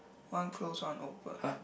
one close one open